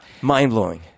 Mind-blowing